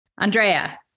Andrea